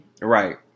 Right